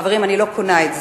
חברים, אני לא קונה את זה.